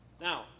Now